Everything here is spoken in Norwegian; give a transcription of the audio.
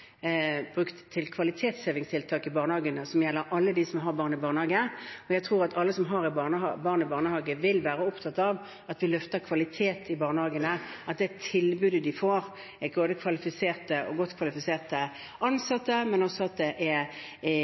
brukt til kvalitetshevingstiltak i barnehagene, som gjelder alle som har barn i barnehage. Jeg tror at alle som har barn i barnehage, vil være opptatt av at vi løfter kvaliteten i barnehagene med hensyn til det tilbudet de får, at det er godt kvalifiserte ansatte, men også